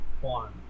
one